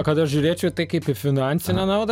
kad aš žiūrėčiau į tai kaip į finansinę naudą